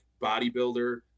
bodybuilder